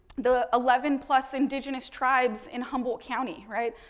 the eleven plus indigenous tribes in humboldt county, right,